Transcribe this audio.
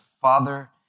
father